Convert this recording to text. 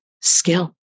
skill